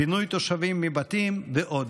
פינוי תושבים מבתים ועוד.